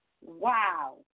Wow